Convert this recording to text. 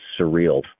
surreal